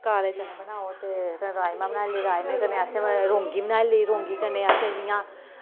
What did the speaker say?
काले चने बनाओ ते कन्नै राजमां बनाई ले राजमा कन्नै असें रौंगी बनाई लेई रौंगी कन्नै असें जियां